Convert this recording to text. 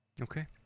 Okay